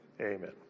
Amen